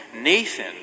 Nathan